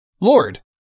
Lord